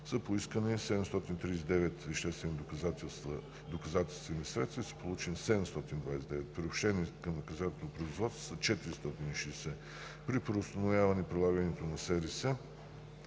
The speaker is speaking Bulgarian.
са поискани 739 веществени доказателствени средства и са получени 729. Приобщени към наказателното производство са 460. При преустановяване прилагането на